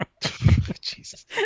Jesus